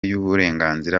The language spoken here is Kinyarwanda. y’uburenganzira